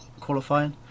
qualifying